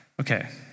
Okay